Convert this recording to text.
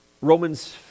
Romans